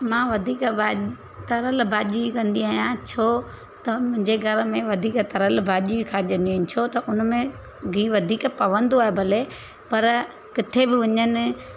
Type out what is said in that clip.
मां वधीक वा तरियल भाॼी कंदी आहियां छो त मुंहिंजे घरु में वधीक तरियल भाॼी खाइजंदी आहिनि छो त उन में गीहु वधीक पवंदो आहे भले पर किथे बि वञनि